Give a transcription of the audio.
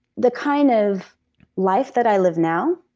the kind of life that i live now,